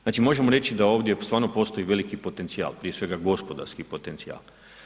Znači možemo reći da ovdje stvarno postoji veliki potencijal, prije svega gospodarski potencijal.